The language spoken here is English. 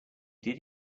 did